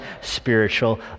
spiritual